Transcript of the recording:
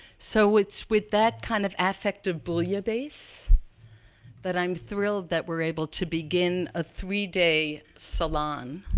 so, it's with that kind of affective bouillabaisse that i'm thrilled that we're able to begin a three day salon